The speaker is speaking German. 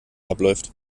abläuft